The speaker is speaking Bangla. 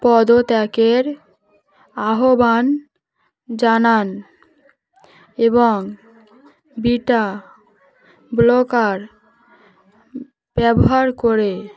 পদত্যাগের আহবান জানান এবং বিটা ব্লকার ব্যবহার করে